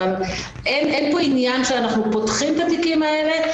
אין פה עניין שאנחנו פותחים את התיקים האלה.